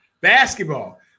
basketball